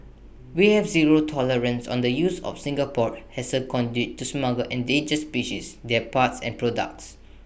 we have zero tolerance on the use of Singapore as A conduit to smuggle endangered species their parts and products